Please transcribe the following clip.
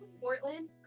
Portland